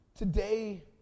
Today